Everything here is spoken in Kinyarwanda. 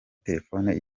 telefone